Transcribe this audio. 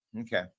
Okay